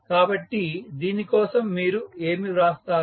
కాబట్టి దీని కోసం మీరు ఏమి వ్రాస్తారు